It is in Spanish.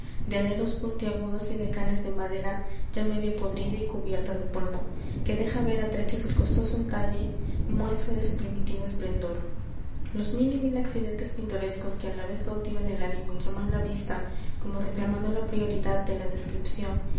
aleros puntiagudos y de canes de madera ya medio podrida y cubierta de polvo que deja ver á trechos el costoso entalle muestra de su primitivo esplendor los mil y mil accidentes pintorescos que á la vez cautivan el ánimo y llaman la vista como reclamando la prioridad de la descripción